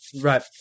Right